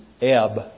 ebb